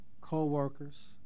co-workers